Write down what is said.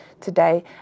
today